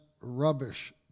rubbish